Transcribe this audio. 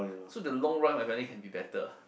so the long run my family can be better